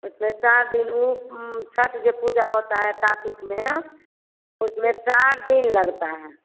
उसमें चार दिन ऊ छठ जो पूजा होता है कार्तिक में उसमें चार दिन लगता है